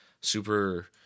super